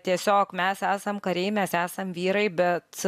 tiesiog mes esam kariai mes esam vyrai bet